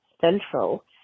Central